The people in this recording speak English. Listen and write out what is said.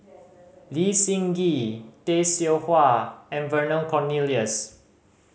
Lee Seng Gee Tay Seow Huah and Vernon Cornelius